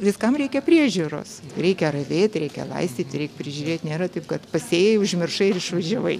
viskam reikia priežiūros reikia ravėt reikia laistyt reik prižiūrėt nėra taip kad pasėjai užmiršai ir išvažiavai